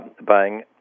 buying